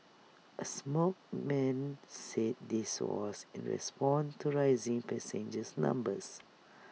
A smoke man said this was in respond to rising passengers numbers